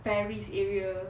paris area